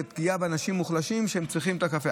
זו פגיעה באנשים מוחלשים שצריכים את הקפה.